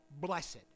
blessed